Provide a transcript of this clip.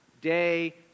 day